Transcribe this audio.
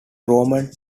roman